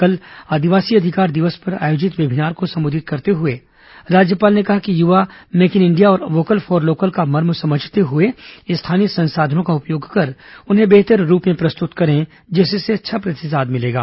कल आदिवासी अधिकार दिवस पर आयोजित वेबीनार को संबोधित करते हुए राज्यपाल ने कहा कि युवा मेक इन इंडिया और वोकल फॉर लोकल का मर्म समझते हुए स्थानीय संसाधनों का उपयोग कर उन्हें बेहतर रूप में प्रस्तुत करें जिससे अच्छा प्रतिसाद मिलेगा